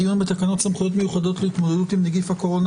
אנחנו נמצאים בדיון בתקנות סמכויות מיוחדות להתמודדות עם נגיף הקורונה